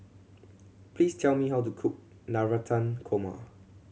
please tell me how to cook Navratan Korma